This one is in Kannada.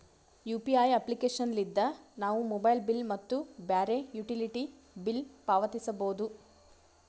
ಯು.ಪಿ.ಐ ಅಪ್ಲಿಕೇಶನ್ ಲಿದ್ದ ನಾವು ಮೊಬೈಲ್ ಬಿಲ್ ಮತ್ತು ಬ್ಯಾರೆ ಯುಟಿಲಿಟಿ ಬಿಲ್ ಪಾವತಿಸಬೋದು